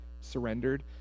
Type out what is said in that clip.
surrendered